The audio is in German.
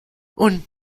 und